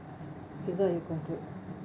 fizah you conclude